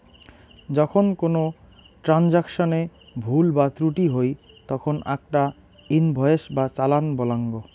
যখন কোনো ট্রান্সাকশনে ভুল বা ত্রুটি হই তখন আকটা ইনভয়েস বা চালান বলাঙ্গ